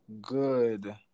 good